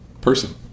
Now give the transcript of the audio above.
person